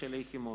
שלי יחימוביץ.